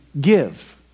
give